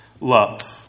love